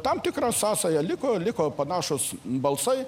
tam tikra sąsaja liko liko panašūs balsai